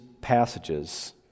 passages